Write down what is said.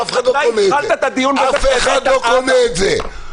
אף אחד לא קונה את זה.